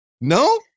No